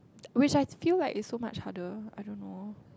which I feel like is so much harder I don't know